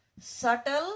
Subtle